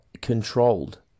controlled